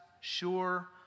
sure